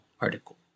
article